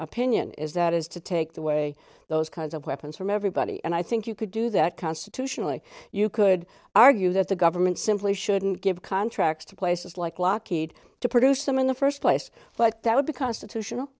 opinion is that is to take the way those kinds of weapons from everybody and i think you could do that constitutionally you could argue that the government simply shouldn't give contracts to places like lockheed to produce them in the first place but that would be constitutional